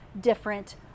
different